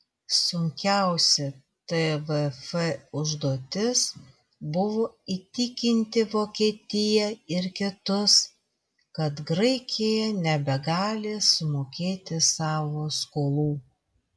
sunkiausia tvf užduotis buvo įtikinti vokietiją ir kitus kad graikija nebegali sumokėti savo skolų